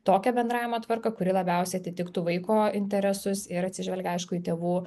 tokią bendravimo tvarką kuri labiausiai atitiktų vaiko interesus ir atsižvelgia aišku į tėvų